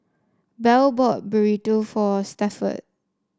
Bell bought Burrito for Stafford